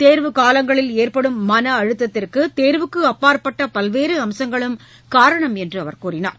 தோ்வு காலங்களில் ஏற்படும் மன அழுத்தத்திற்கு தேர்வுக்கு அப்பாற்பட்ட பல்வேறு அம்சங்களும் காரணம் என்று அவர் கூறினார்